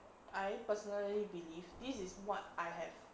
I personally believe this is what I have